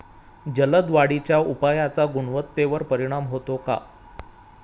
जलद वाढीच्या उपायाचा गुणवत्तेवर परिणाम होतो का?